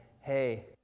Hey